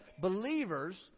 believers